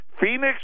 Phoenix